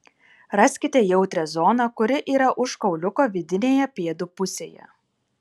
raskite jautrią zoną kuri yra už kauliuko vidinėje pėdų pusėje